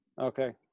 Okay